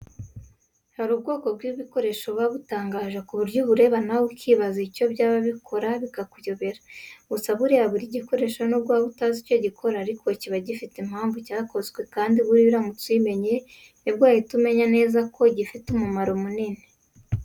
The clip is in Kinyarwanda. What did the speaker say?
Hari ubwoko bw'ibikoresho buba butangaje ku buryo ubireba nawe ukibaza icyo byaba bikora bikakuyobera. Gusa buriya buri gikoresho nubwo waba utazi icyo gikora ariko kiba gifite impamvu cyakozwe kandi buriya uramutse uyimenye nibwo wahita umenya neza ko gifite umumaro munini.